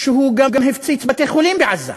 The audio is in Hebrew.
שהוא גם הפציץ בתי-חולים בעזה.